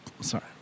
Sorry